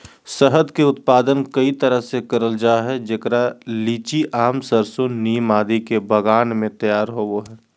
शहद के उत्पादन कई तरह से करल जा हई, जेकरा लीची, आम, सरसो, नीम आदि के बगान मे तैयार होव हई